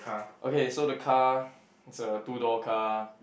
okay so the car it's a two door car